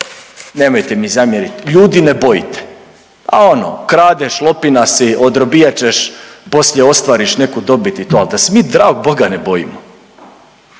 nemojte mi zamjerit, ljudi ne bojite, pa ono kradeš, lopina si, odrobijat ćeš, poslije ostvariš neku dobit i to, al da se mi dragog Boga ne bojimo,